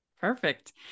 perfect